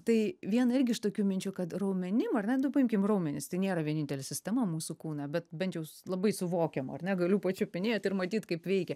tai viena irgi iš tokių minčių kad raumenim ar net nu paimkim raumenis tai nėra vienintelė sistema mūsų kūno bet bent jau labai suvokiama ar ne galiu pačiupinėt ir matyt kaip veikia